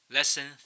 Lesson